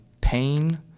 pain